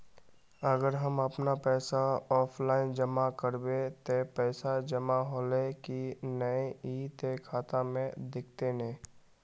अगर हम अपन पैसा ऑफलाइन जमा करबे ते पैसा जमा होले की नय इ ते खाता में दिखते ने?